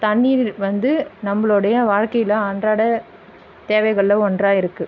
தண்ணீரில் வந்து நம்பளுடைய வாழ்க்கையில் அன்றாட தேவைகளில் ஒன்றாக இருக்கு